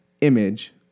image